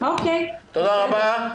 תודה רבה.